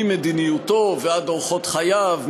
ממדיניותו ועד אורחות חייו,